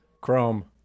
chrome